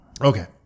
Okay